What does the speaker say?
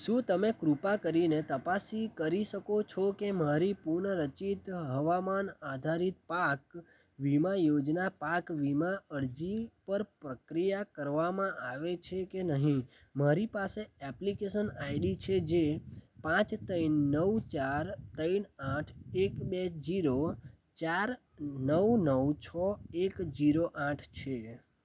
શું તમે કૃપા કરીને તપાસી કરી શકો છો કે મારી પુનઃરચિત હવામાન આધારિત પાક વીમા યોજના પાક વીમા અરજી પર પ્રક્રિયા કરવામાં આવે છે કે નહીં મારી પાસે એપ્લિકેસન આઈડી છે જે પાંચ ત્રણ નવ ચાર ત્રણ આઠ એક બે જીરો ચાર નવ નવ છ એક જીરો આઠ છે